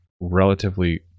relatively